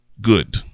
good